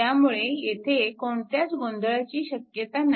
त्यामुळे येथे कोणत्याच गोंधळाची शक्यता नाही